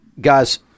Guys